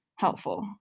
helpful